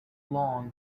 long